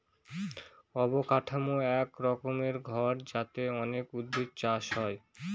অবকাঠামো এক রকমের ঘর যাতে অনেক উদ্ভিদ চাষ হয়